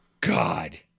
God